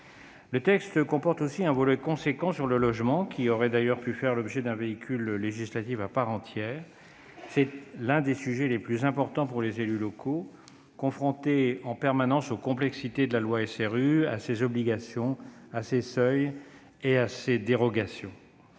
Le texte comporte aussi un volet important sur le logement, qui aurait d'ailleurs pu faire l'objet d'un véhicule législatif à part entière. C'est l'un des sujets les plus importants pour les élus locaux, confrontés en permanence aux complexités de la loi SRU, à ses obligations, à ses seuils et à ses dérogations.